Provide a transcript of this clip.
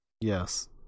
yes